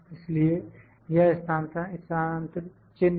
इसलिए यह स्थानांतरित चिन्ह है